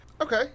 Okay